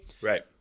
Right